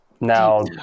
Now